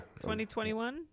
2021